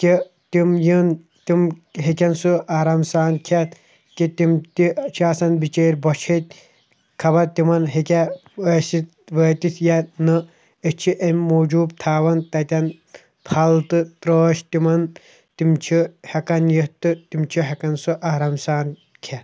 کہِ تِم یِنۍ تِم ہٮ۪کن سُہ آرام سان کٮ۪تھ کہِ تِم تہِ چھِ آسان بۄچھِ ہیتۍ خبر تِمن ہٮ۪کیاہ ٲسِتھ وٲتِتھ یا نہٕ أسۍ چھِ اَمہِ موٗجوٗب تھاوان تَتٮ۪ن پھل تہٕ تریش تِمن تِم چھِ ہٮ۪کان یِتھ تہٕ تِم چھِ ہٮ۪کان سُہ آرام سان کھٮ۪تھ